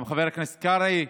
גם חבר הכנסת קרעי.